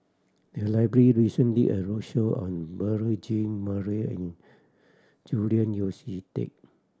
the library recently a roadshow on Beurel Jean Marie and Julian Yeo See Teck